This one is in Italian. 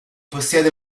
possiede